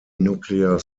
nuclear